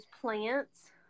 plants